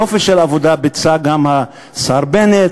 יופי של עבודה ביצע גם השר בנט,